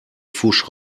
pfusch